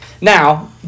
Now